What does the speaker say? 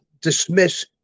dismiss